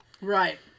Right